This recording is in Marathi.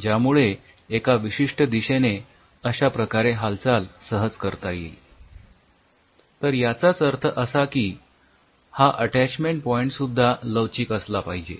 ज्यामुळे एका विशिष्ठ दिशेने अश्या प्रकारे हालचाल सहज करता येईल तर याचाच अर्थ असा की हा अटॅचमेंट पॉईंट हा सुद्धा लवचिक असला पाहिजे